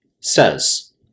says